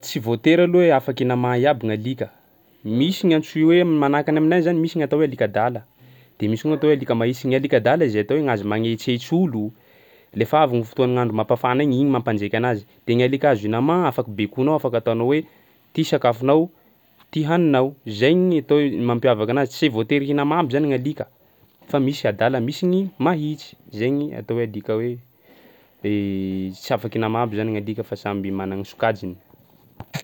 Tsy voatery aloha hoe afaka hinama iaby gny alika misy ny antsoy hoe manahaka ny aminay any zany misy ny atao hoe alika adala de misy koa ny atao hoe alika mahisy; ny alika adala zay atao hoe gn'azy magnetsetsy olo lefa avy gny fotoa gn'andro mampafana igny igny mampanjeky anazy de gny alika azo hinamà afaky baikonao afaka atanao hoe ty sakafonao, ty haninao. Zay gny atao hoe mampiavaka anazy tsy voatery hinama aby zany gny alika fa misy adala misy ny mahitsy, zay gny atao hoe alika hoe tsy afaky hinamà aby zany gny alika fa samby mana gny sokajiny.